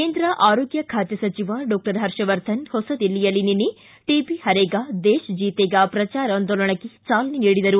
ಕೇಂದ್ರ ಆರೋಗ್ಯ ಖಾತೆ ಸಚಿವ ಡಾಕ್ಟರ್ ಹರ್ಷವರ್ಧನ್ ಹೊಸದಿಲ್ಲಿಯಲ್ಲಿ ನಿನ್ನೆ ಟ ಬಿ ಹರೇಗ ದೇಶ್ ಜೀತೆಗಾ ಪ್ರಚಾರಾಂದೋಲನಕ್ಕೆ ಚಾಲನೆ ನೀಡಿದರು